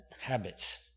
habits